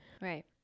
right